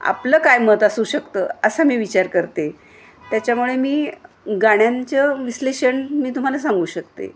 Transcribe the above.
आपलं काय मत असू शकतं असा मी विचार करते त्याच्यामुळे मी गाण्याचं विश्लेषण मी तुम्हाला सांगू शकते